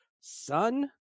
son